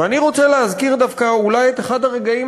ואני רוצה להזכיר דווקא אולי את אחד הרגעים